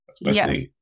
Yes